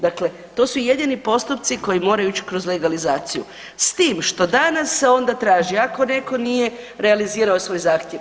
Dakle, to su jedini postupci koji moraju ići kroz legalizaciju, s tim što danas se onda traži ako netko nije realizirao svoj zahtjev.